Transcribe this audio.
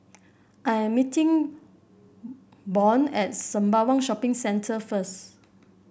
I am meeting Byron at Sembawang Shopping Centre first